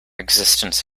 existence